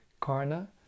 Karna